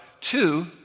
two